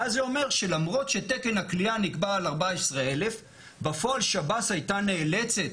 ואז זה אומר שלמרות שתקן הכליאה נקבע על 14,000 בפועל שב"ס הייתה נאלצת